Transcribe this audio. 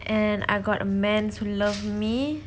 and I got a man who loves me